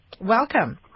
Welcome